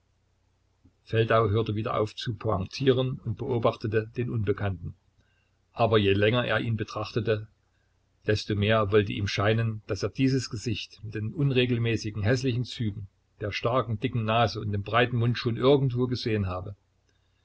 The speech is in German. feldau hörte wieder auf zu pointieren und beobachtete den unbekannten aber je länger er ihn betrachtete desto mehr wollte ihm scheinen daß er dieses gesicht mit den unregelmäßigen häßlichen zügen der starken dicken nase und dem breiten mund schon irgendwo gesehen habe